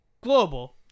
global